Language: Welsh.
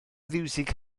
fiwsig